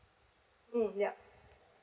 mm yup